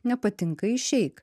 nepatinka išeik